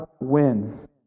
wins